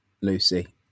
Lucy